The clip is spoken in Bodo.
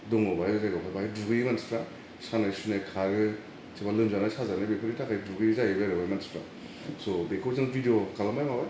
दङ बाहाय जायगायाव बाहाय दुगैयो मानसिफ्रा सानाय सुनाय खारो सोरबा लोमजानाय साजानाय बेफोरनि थाखाय दुगैयो जाहैबाय आरो बेहाय मानसिफ्रा सह बेखौ जों भिडिअ खालामबाय माबाय